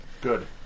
Good